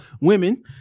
women